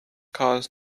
cause